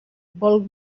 vol